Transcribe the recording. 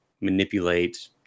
manipulate